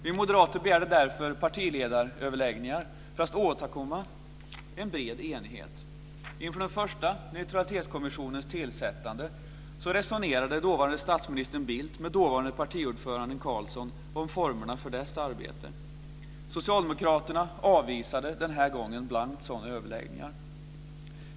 Vi moderater begärde därför partiledaröverläggningar för att åstadkomma en bred enighet. Inför den första neutralitetskommissionens tillsättande resonerade dåvarande statsministern Bildt med dåvarande partiordföranden Carlsson om formerna för dess arbete. Socialdemokraterna har den här gången blankt avvisat sådana överläggningar.